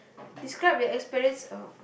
describe your experience oh